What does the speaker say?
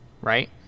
right